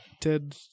Ted